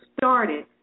started